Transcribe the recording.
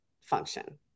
function